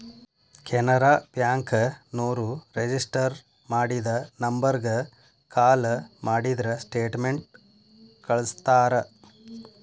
Canara bank ನೋರು register ಮಾಡಿದ ನಂಬರ್ಗ ಕಾಲ ಮಾಡಿದ್ರ ಸ್ಟೇಟ್ಮೆಂಟ್ ಕಳ್ಸ್ತಾರ